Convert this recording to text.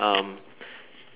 um